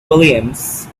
williams